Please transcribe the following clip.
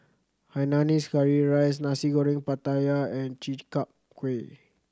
Hainanese curry rice Nasi Goreng Pattaya and Chi Kak Kuih